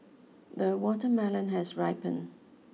the watermelon has ripened